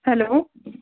hello